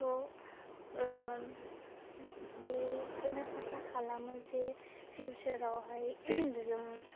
सह ओह बेखोनो आसा खालामो जे फिउचाराव हाय जों